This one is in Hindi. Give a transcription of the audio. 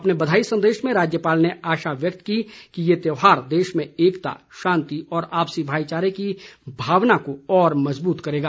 अपने बधाई संदेश में राज्यपाल ने आशा व्यक्त की कि यह त्यौहार देश में एकता शांति और आपसी भाईचारे की भावना को और मजबूत करेगा